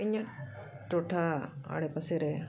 ᱤᱧᱟᱹᱜ ᱴᱚᱴᱷᱟ ᱟᱲᱮ ᱯᱟᱥᱮ ᱨᱮ